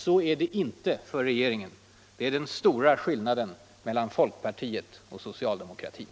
Så är det inte för regeringen. Det är den stora skillnaden mellan folkpartiet och socialdemokratin.